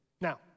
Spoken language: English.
Now